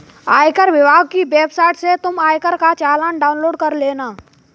आयकर विभाग की वेबसाइट से तुम आयकर का चालान डाउनलोड कर लेना